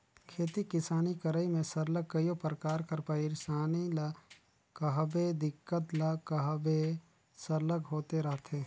खेती किसानी करई में सरलग कइयो परकार कर पइरसानी ल कहबे दिक्कत ल कहबे सरलग होते रहथे